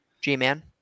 G-Man